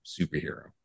superhero